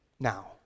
Now